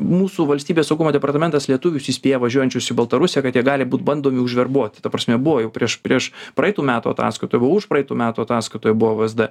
mūsų valstybės saugumo departamentas lietuvius įspėja važiuojančius į baltarusiją kad jie gali būt bandomi užverbuot ta prasme buvo prieš prieš praeitų metų ataskaitoj buvo užpraeitų metų ataskaitoj buvo vsd